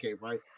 right